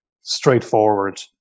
straightforward